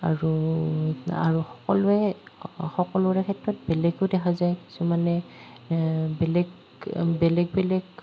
আৰু আৰু সকলোৱে সকলোৰে ক্ষেত্ৰত বেলেগো দেখা যায় কিছুমানে বেলেগ বেলেগ বেলেগ